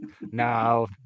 No